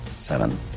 seven